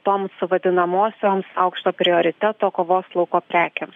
toms vadinamosioms aukšto prioriteto kovos lauko prekėms